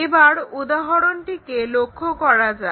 এবার উদাহরণটিকে লক্ষ্য করা যাক